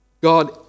God